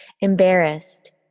Embarrassed